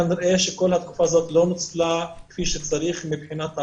כנראה שכל התקופה הזאת לא נוצלה כפי שצריך מבחינת ההכשרה.